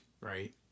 right